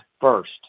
first